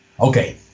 Okay